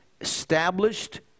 established